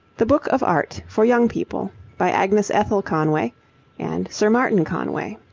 the book of art for young people by agnes ethel conway and sir martin conway